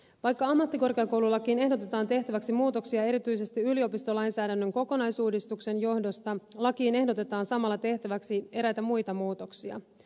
vaikka ammattikorkeakoululakiin ehdotetaan tehtäväksi muutoksia erityisesti yliopistolainsäädännön kokonaisuudistuksen johdosta lakiin ehdotetaan samalla tehtäväksi eräitä muita muutoksia